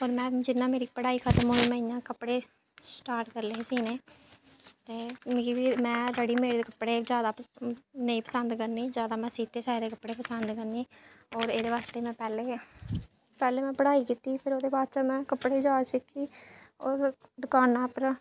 होर में जियां मेरी पढ़ाई खतम होई में इ'यां कपड़े स्टार्ट करी ले हे सीने ते मिगी बी में रेडी मेड कपड़े जैदा नेईं पसंद करनीं जैदा में सीते सेआए दे पसंद करनीं होर एह्दे बास्तै मे पैह्लें गै पैह्लें में पढ़ाई कीती फिरी ओह्दे बाद च में कपड़ें दी जाच सिक्खी होर दकाना पर